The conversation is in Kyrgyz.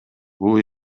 бул